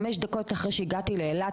חמש דקות אחרי שהגעתי לאילת,